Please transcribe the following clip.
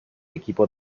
equipo